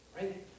Right